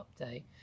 update